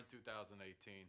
2018